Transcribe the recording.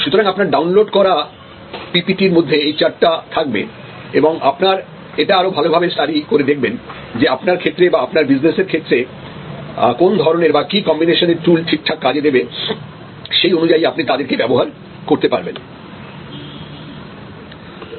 সুতরাং আপনার ডাউনলোড করা পি পি টি এর মধ্যে এই চার্ট টা থাকবে এবং আপনারা এটা আরো ভালোভাবে স্টাডি করে দেখবেন যে আপনার ক্ষেত্রে বা আপনার বিজনেসের ক্ষেত্রে কোন ধরনের বা কি কম্বিনেশনের টুল ঠিকঠাক কাজে দেবে সেই অনুযায়ী আপনি তাদেরকে ব্যবহার করতে পারেন